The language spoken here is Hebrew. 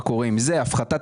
הפחתת